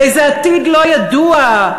באיזה עתיד לא ידוע,